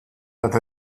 that